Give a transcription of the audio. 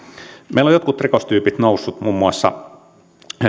meillä ovat jotkut rikostyypit nousseet muun muassa